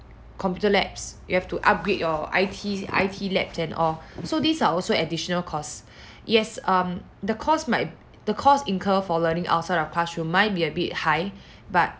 computer labs you have to upgrade your I_T I_T labs and all so these are also additional cost yes um the cost might the cost incur for learning outside of classroom might be a bit high but